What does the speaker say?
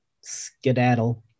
skedaddle